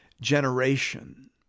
generation